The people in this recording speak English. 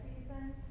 season